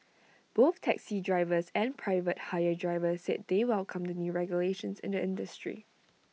both taxi drivers and private hire drivers said they welcome the new regulations in the industry